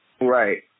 Right